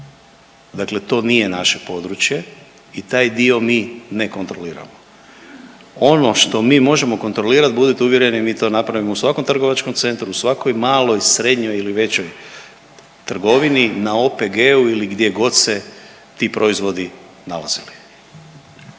Dakle, to nije naše područje i taj dio mi ne kontroliramo. Ono što mi možemo kontrolirati budite uvjereni mi to napravimo u svakom trgovačkom centru, u svakoj maloj, srednjoj ili većoj trgovini, na OPG-u ili gdje god se ti proizvodi nalazili.